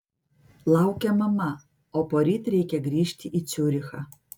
laukia mama o poryt reikia grįžti į ciurichą